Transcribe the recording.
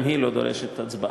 גם היא לא דורשת הצבעה: